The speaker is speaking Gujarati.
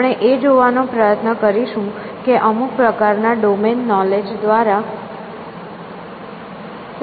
આપણે એ જોવાનો પ્રયત્ન કરીશું કે અમુક પ્રકારના ડોમેન નોલેજ દ્વારા સર્ચ કેવી રીતે કરી શકાય છે